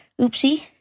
Oopsie